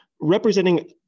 representing